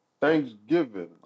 Thanksgiving